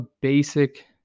basic